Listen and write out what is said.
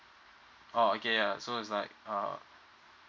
oh okay ya so is like uh